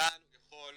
כאן הוא יכול,